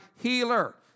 healer